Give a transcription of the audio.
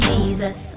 Jesus